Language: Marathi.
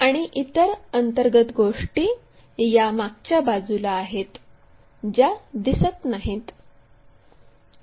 आणि इतर अंतर्गत गोष्टी या मागच्या बाजूला आहेत ज्या दिसत नाहीत